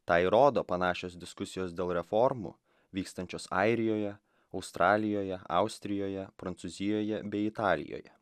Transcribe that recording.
tą įrodo panašios diskusijos dėl reformų vykstančios airijoje australijoje austrijoje prancūzijoje bei italijoje